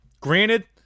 Granted